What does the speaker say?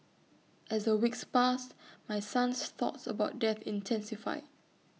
as the weeks passed my son's thoughts about death intensified